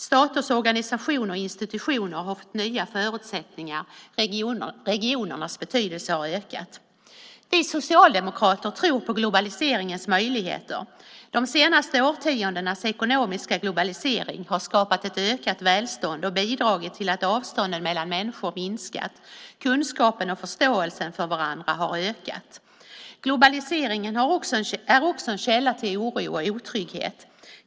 Staters organisation och institutioner har fått nya förutsättningar. Regionernas betydelse har ökat. Vi socialdemokrater tror på globaliseringens möjligheter. De senaste årtiondenas ekonomiska globalisering har skapat ett ökat välstånd och bidragit till att avstånden mellan människor minskat. Kunskapen och förståelsen för varandra har ökat. Globaliseringen är också en källa till oro och otrygghet.